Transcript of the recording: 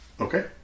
Okay